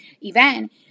event